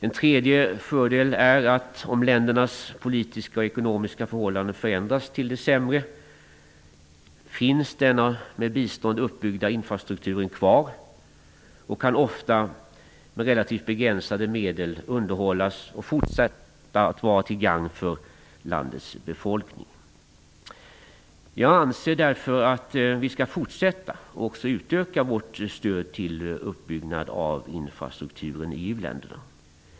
Ytterligare en fördel är att om ländernas politiska och ekonomiska förhållanden förändras till det sämre, finns den med bistånd uppbyggda infrastrukturen kvar. Med relativt begränsade medel kan den ofta underhållas och fortsätta att vara till gagn för landets befolkning. Jag anser därför att vi skall fortsätta med och även utöka vårt stöd till uppbyggnad av infrastrukturen i uländerna.